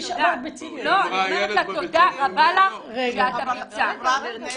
תודה רבה לך שאת אמיצה.